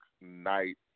night